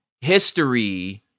history